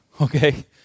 Okay